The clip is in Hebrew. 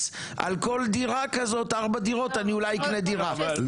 על כל דירה כזאת ארבע דירות אני אולי אקנה דירה.